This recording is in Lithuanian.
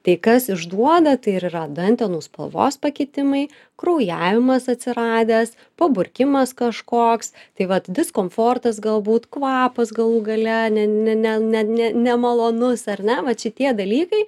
tai kas išduoda tai ir yra dantenų spalvos pakitimai kraujavimas atsiradęs paburkimas kažkoks tai vat diskomfortas galbūt kvapas galų gale ne ne ne ne ne nemalonus ar ne vat šitie dalykai